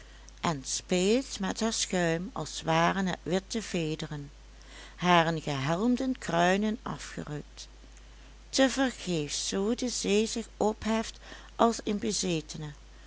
en speelt met haar schuim als waren het witte vederen haren gehelmden kruinen afgerukt te vergeefs zoo de zee zich opheft als een bezetene